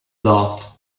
lost